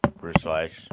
precise